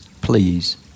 Please